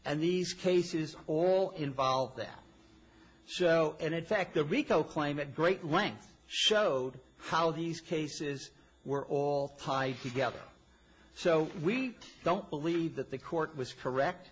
and these cases all involve that so and in fact the rico claim at great length showed how these cases were all high together so we don't believe that the court was correct